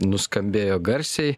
nuskambėjo garsiai